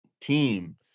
team